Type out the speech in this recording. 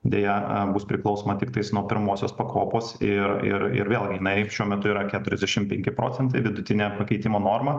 deja bus priklausoma tiktais nuo pirmosios pakopos ir ir ir vėl jinai šiuo metu yra keturiasdešimt penki procentai vidutinė pakeitimo norma